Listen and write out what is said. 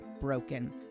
broken